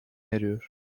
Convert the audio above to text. eriyor